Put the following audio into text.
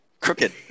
Crooked